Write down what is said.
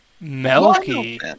Melky